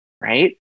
right